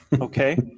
okay